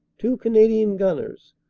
two canadian gunners,